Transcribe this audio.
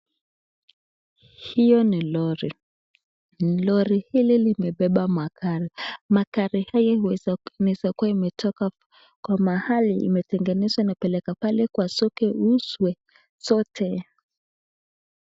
Hiyo ni lori, lori hili limebeba magari, magari haya inaweza kuwa imetoka kwa mahali inatengenezwa inapelekwa pale kwa soko iuzwe zote.